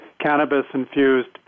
cannabis-infused